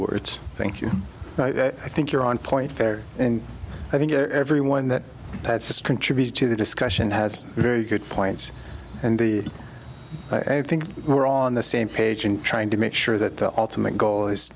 words thank you i think you're on point there and i think everyone and that had spoken tribute to the discussion has very good points and the i think we're on the same page in trying to make sure that the ultimate goal is